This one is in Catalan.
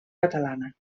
catalana